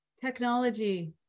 Technology